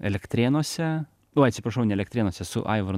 elektrėnuose oi atsiprašau ne elektrėnuose su aivaru